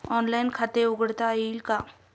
Online खाते उघडता येईल का?